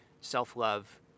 self-love